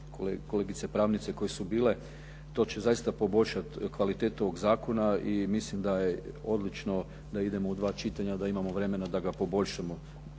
kolegice pravnice koje su bile. To će zaista poboljšati kvalitetu ovog zakona. I mislim da je odlično da idemo u dva čitanja, da imamo vremena da ga poboljšamo.